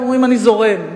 הם אומרים: אני זורם.